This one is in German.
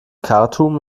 khartum